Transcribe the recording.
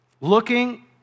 looking